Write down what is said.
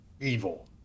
evil